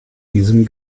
diesem